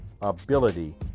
ability